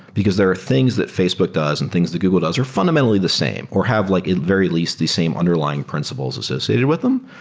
because there are things that facebook does and things the google does are fundamentally the same or have like a very least the same underlying principles associated with them,